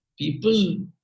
people